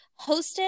hosted